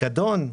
פיקדון.